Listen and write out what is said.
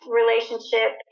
relationship